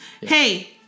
Hey